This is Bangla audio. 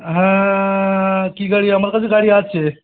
হ্যাঁ কী গাড়ি আমার কাছে গাড়ি আছে